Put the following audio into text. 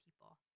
people